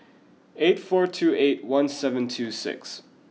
eight four two eight one seven two six